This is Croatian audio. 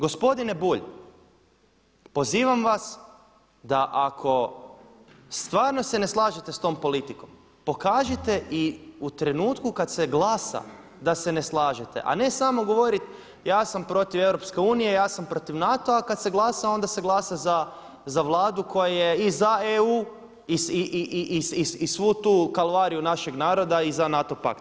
Gospodine Bulj, pozivam vas da ako stvarno se ne slažete s tom politikom pokažite i u trenutku kad se glasa da se ne slažete a ne samo govoriti ja sam protiv EU, ja sam protiv NATO-a a kad se glasa onda se glasa za Vladu koja je i za EU, i svu tu kalvariju našeg naroda i za NATO pakt.